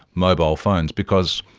mobile phones, because,